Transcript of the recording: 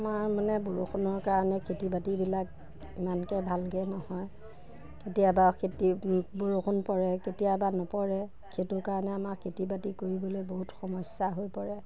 আমাৰ মানে বৰষুণৰ কাৰণে খেতি বাতিবিলাক ইমানকৈ ভালকৈ নহয় কেতিয়াবা খেতি বৰষুণ পৰে কেতিয়াবা নপৰে সেইটোৰ কাৰণে আমাৰ খেতি বাতি কৰিবলৈ বহুত সমস্যা হৈ পৰে